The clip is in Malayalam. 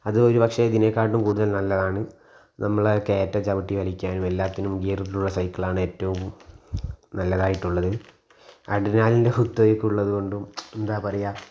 അത് ഒരു പക്ഷേ ഇതിനേക്കാട്ടും കൂടുതൽ നല്ലതാണ് നമ്മളെ കയറ്റം ചവിട്ടി വലിക്കാനും എല്ലാത്തിനും ഗിയറിട്ടുള്ള സൈക്കിൾ ആണ് ഏറ്റവും നല്ലതായിട്ടുള്ളത് അഡ്രിനാലിൻ്റെ കുത്തകയൊക്കെ ഉളളത് കൊണ്ടും എന്താ പറയുക